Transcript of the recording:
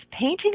painting